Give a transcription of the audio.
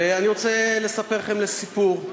ואני רוצה לספר לכם סיפור.